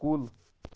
کُل